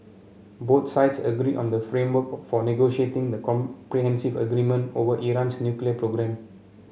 both sides agreed on the framework for negotiating the comprehensive agreement over Iran's nuclear programme